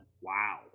Wow